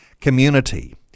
community